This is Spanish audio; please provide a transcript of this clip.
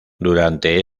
durante